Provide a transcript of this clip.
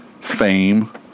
fame